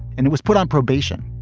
and it was put on probation,